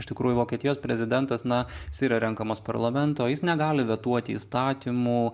iš tikrųjų vokietijos prezidentas na jisai yra renkamas parlamento jis negali vetuoti įstatymų